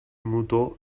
motor